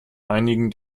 einigen